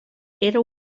era